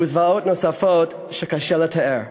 וזוועות נוספות שקשה לתאר.